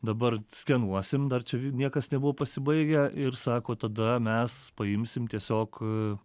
dabar skenuosim dar čia niekas nebuvo pasibaigę ir sako tada mes paimsim tiesiog